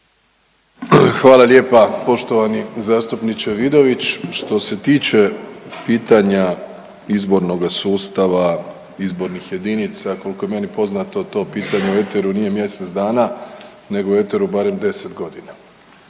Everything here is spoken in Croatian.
Hvala lijepa poštovani zastupniče Vidović. Što se tiče pitanja izbornoga sustava, izbornih jedinica koliko je meni poznato to pitanje u eteru nije mjesec dana nego je eteru barem 10 godina.